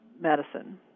medicine